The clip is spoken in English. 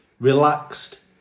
relaxed